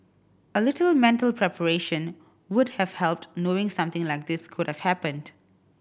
a little mental preparation would have helped knowing something like this could have happened